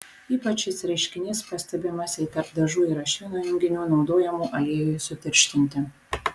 ypač šis reiškinys pastebimas jei tarp dažų yra švino junginių naudojamų aliejui sutirštinti